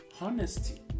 honesty